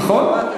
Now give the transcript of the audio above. נכון.